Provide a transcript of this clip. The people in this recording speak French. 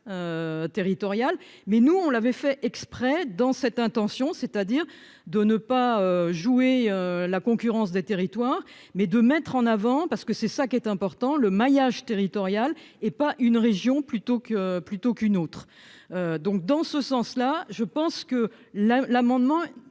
mais nous, on l'avait fait exprès dans cette intention, c'est-à-dire de ne pas jouer la concurrence des territoires, mais de mettre en avant parce que c'est ça qui est important, le maillage territorial et pas une région plutôt que plutôt qu'une autre, donc dans ce sens-là, je pense que la l'amendement